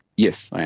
yes, i